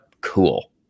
cool